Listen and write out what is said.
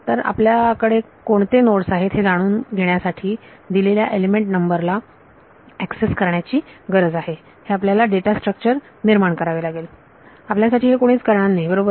तर आपल्याला कोणते नोडस आहेत हे जाणून घेण्यासाठी दिलेल्या एलिमेंट नंबर ला एक्सेस करण्याची गरज आहे हे आपल्याला डेटा स्ट्रक्चर निर्माण करावे लागेल आपल्यासाठी हे कोणीच करणार नाही बरोबर